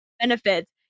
benefits